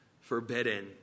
forbidden